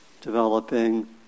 developing